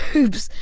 whoops!